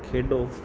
ਖੇਡੋ